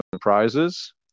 prizes